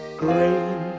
green